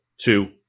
Two